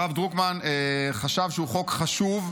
הרב דרוקמן חשב שהוא חוק חשוב ונכון,